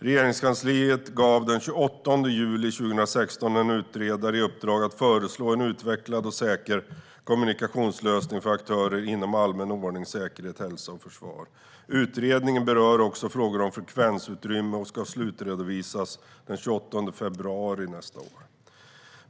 Regeringskansliet gav den 28 juli 2016 en utredare i uppdrag att föreslå en utvecklad och säker kommunikationslösning för aktörer inom allmän ordning, säkerhet, hälsa och försvar. Utredningen berör också frågor om frekvensutrymme och ska slutredovisas den 28 februari nästa år.